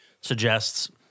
suggests